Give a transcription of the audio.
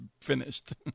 finished